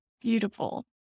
beautiful